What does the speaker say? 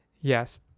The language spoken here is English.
yes